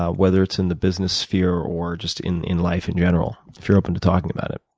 ah whether it's in the business sphere or just in in life in general, if you're open to talking about it.